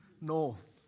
north